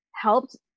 helped